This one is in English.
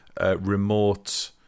Remote